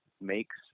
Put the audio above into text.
makes